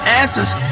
answers